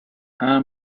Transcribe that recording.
are